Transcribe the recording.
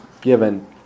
given